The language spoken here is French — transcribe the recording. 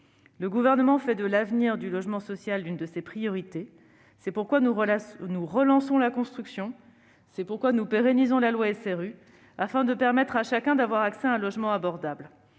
Le Gouvernement fait de l'avenir de ce secteur l'une de ses priorités. C'est pourquoi nous relançons la construction ; c'est pourquoi nous pérennisons la loi SRU, afin de permettre à chacun d'avoir accès à un logement abordable.